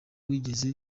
wigeze